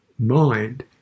mind